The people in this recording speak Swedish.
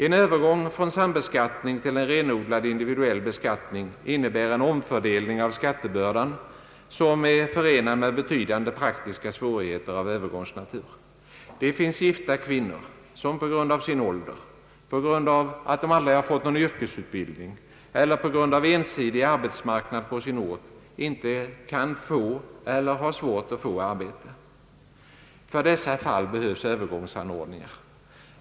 En övergång från sambeskattning till en renodlad individuell beskattning innebär en omfördelning av skattebördan, som är förenad med betydande praktiska svårigheter av övergångsnatur. Det finns gifta kvinnor som på grund av sin ålder, på grund av att de aldrig fått någon yrkesutbildning eller på grund av ensidig arbetsmarknad på sin ort inte kan få eller har svårt att få arbete. För sådana fall behövs övergångsanordningar.